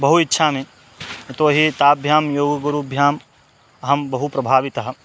बहु इच्छामि यतो हि ताभ्यां योगगुरुभ्याम् अहं बहु प्रभावितः